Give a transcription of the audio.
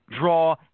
draw